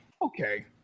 Okay